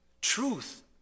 truth